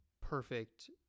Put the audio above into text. perfect